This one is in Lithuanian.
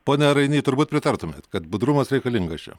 pone rainy turbūt pritartumėt kad budrumas reikalingas čia